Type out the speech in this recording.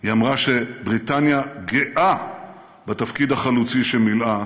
היא אמרה שבריטניה גאה בתפקיד החלוצי שהיא מילאה